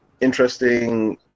interesting